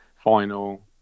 final